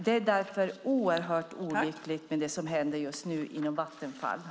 Det som händer just nu inom Vattenfall är därför oerhört olyckligt.